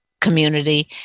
community